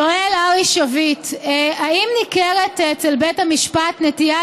שואל ארי שביט: "האם ניכרת אצל בית המשפט נטייה